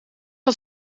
had